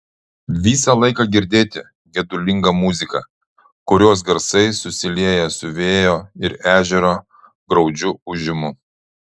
visą laiką girdėti gedulinga muzika kurios garsai susilieja su vėjo ir ežero graudžiu ūžimu